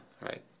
right